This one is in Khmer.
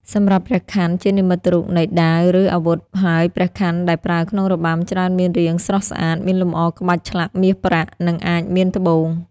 សម្រាប់ព្រះខ័នជានិមិត្តរូបនៃ ដាវ ឬ អាវុធហើយព្រះខ័នដែលប្រើក្នុងរបាំច្រើនមានរាងស្រស់ស្អាត មានលម្អក្បាច់ឆ្លាក់មាសប្រាក់ និងអាចមានត្បូង។